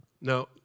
Now